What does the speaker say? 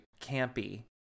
campy